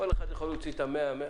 כל אחד יכול להוציא את 100 השקל,